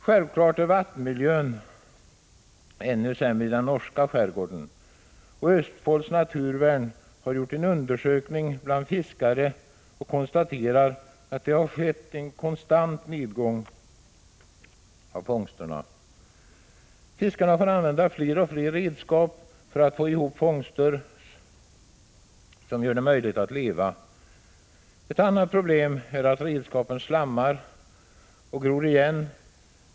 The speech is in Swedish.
Självfallet är vattenmiljön ännu sämre i den norska skärgården. Östfolds naturvärn har gjort en undersökning bland fiskare och konstaterar att det har skett en konstant nedgång av fångstvolymerna. Fiskarna får använda fler och fler redskap för att få ihop fångster som kan ge dem ett uppehälle. Ett annat problem är att redskapen slammar och gror igen.